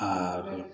आर